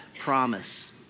promise